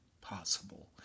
possible